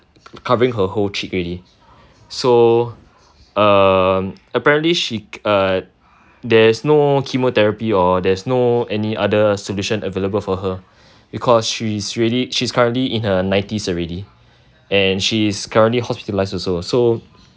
covering her whole cheek already so uh apparently she uh there's no chemotherapy or there's no any other solution available for her because she's already she is currently in her nineties already and she is currently hospitalised also so